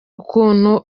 ukuntu